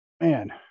Man